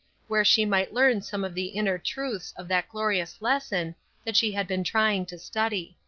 where she might learn some of the inner truths of that glorious lesson that she had been trying to study.